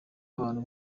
abantu